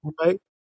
right